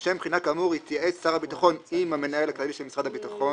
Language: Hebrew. לשם בחינה כאמור יתייעץ שר הביטחון עם המנהל הכללי של משרד הביטחון,